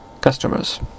customers